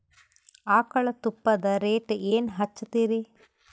ಆಕಳ ತುಪ್ಪದ ರೇಟ್ ಏನ ಹಚ್ಚತೀರಿ?